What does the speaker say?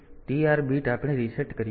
તેથી TR bit આપણે reset કર્યું નથી